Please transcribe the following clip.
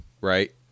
right